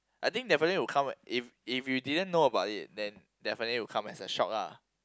I think definitely will come if if you didn't know about it then definitely it will come as a shock lah